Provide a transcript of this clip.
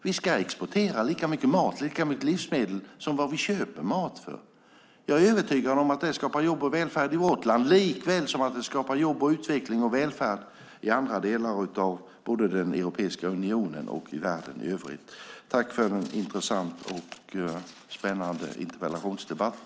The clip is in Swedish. Vi ska exportera lika mycket mat, lika mycket livsmedel, som vi köper. Jag är övertygad om att det skapar jobb och välfärd i vårt land likaväl som det skapar jobb, utveckling och välfärd i andra delar av både den europeiska unionen och världen i övrigt. Tack för en intressant och spännande interpellationsdebatt!